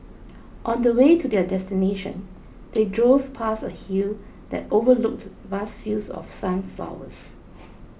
on the way to their destination they drove past a hill that overlooked vast fields of sunflowers